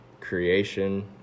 creation